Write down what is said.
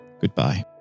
goodbye